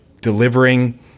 delivering